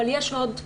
אבל יש עוד חומרים,